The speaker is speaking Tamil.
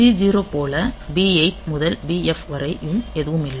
C0 போல B8 முதல் BF வரையும் எதுவும் இல்லை